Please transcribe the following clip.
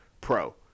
pro